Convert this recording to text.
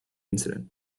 incident